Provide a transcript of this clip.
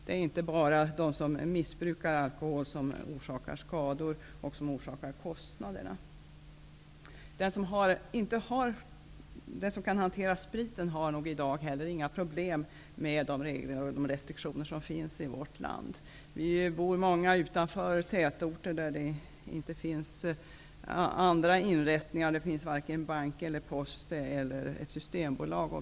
Det är inte bara de som missbrukar alkohol som får skador och som orsakar kostnaderna. Den som kan hantera sprit har nog inte några problem med de regler och restriktioner som finns i vårt land i dag. Vi är många som bor utanför tätorter och där det inte finns vare sig bank, post eller Systembolag.